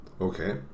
Okay